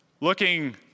looking